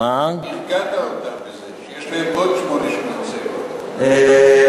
הרגעת אותם בזה שיש להם עוד שמונה שנים, כן,